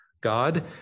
God